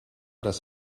dass